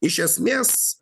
iš esmės